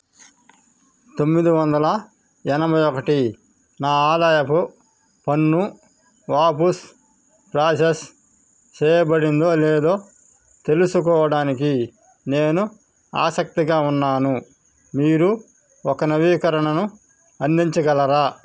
తొమ్మిది వందల ఎనభై ఒకటి నా ఆదాయపు పన్ను వాబుస్ ప్రాసెస్ చేయబడిందో లేదో తెలుసుకోవడానికి నేను ఆసక్తిగా ఉన్నాను మీరు ఒక నవీకరణను అందించగలరా